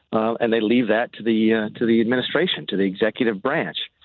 and they leave that to the yeah to the administration, to the executive branch.